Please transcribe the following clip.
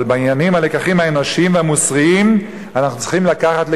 אבל בעניינים האנושיים והמוסריים אנחנו צריכים לקחת לקחים.